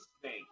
snake